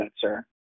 sir